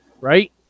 right